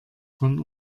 von